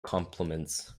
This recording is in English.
compliments